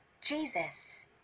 Jesus